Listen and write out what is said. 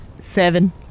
Seven